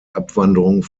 abwanderung